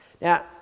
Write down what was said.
Now